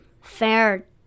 fair